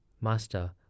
Master